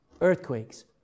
earthquakes